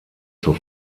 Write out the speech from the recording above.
zur